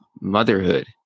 motherhood